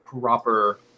proper